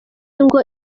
ngo